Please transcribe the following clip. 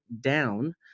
down